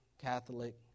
Catholic